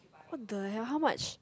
what the hell how much